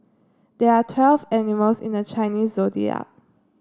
there are twelve animals in the Chinese Zodiac